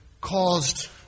caused